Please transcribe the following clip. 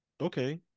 Okay